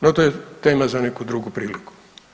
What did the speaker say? No to je tema za neku drugu priliku.